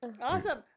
awesome